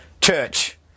Church